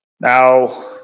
Now